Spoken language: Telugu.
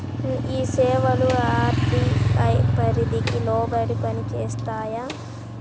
ఈ సేవలు అర్.బీ.ఐ పరిధికి లోబడి పని చేస్తాయా?